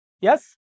Yes